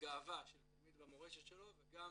הגאווה של תלמיד והמורשת שלו וגם